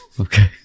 Okay